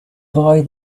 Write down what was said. buy